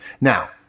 Now